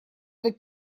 этот